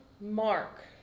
mark